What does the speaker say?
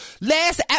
Last